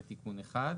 זה תיקון אחד.